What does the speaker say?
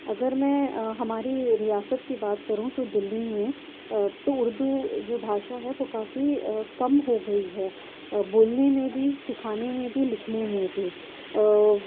اگر میں ہماری ریاست کی بات کروں تو ہماری دلّی میں تو اردو جو بھاشا ہے وہ کافی کم ہو گئی ہے بولنے میں بھی سکھانے میں بھی لکھنے میں بھی